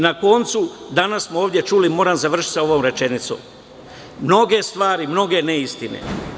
Na kraju, danas smo ovde čuli, moram završiti sa ovom rečenicom, mnoge stvari, mnoge neistine.